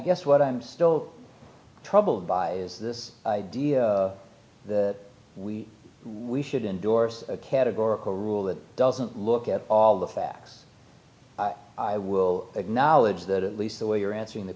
guess what i'm still troubled by is this idea that we we should endorse a categorical rule that doesn't look at all the facts i will acknowledge that at least the way you're answering the